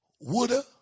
woulda